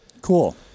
Cool